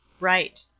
right.